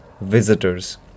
visitors